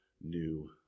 new